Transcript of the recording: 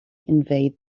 invade